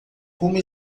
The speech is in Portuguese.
como